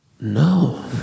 no